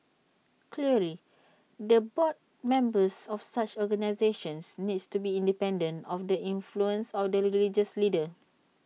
clearly the board members of such organisations needs to be independent of the influence of the religious leaders